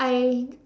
I